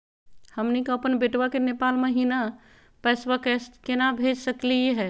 हमनी के अपन बेटवा क नेपाल महिना पैसवा केना भेज सकली हे?